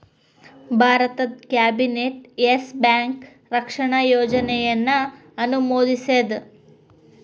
ಭಾರತದ್ cabinet Yes Bank ರಕ್ಷಣಾ ಯೋಜನೆಯನ್ನ ಅನುಮೋದಿಸೇದ್